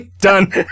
Done